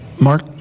Mark